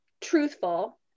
truthful